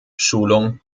schulung